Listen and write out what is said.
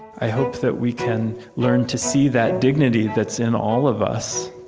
i hope that we can learn to see that dignity that's in all of us,